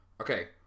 Okay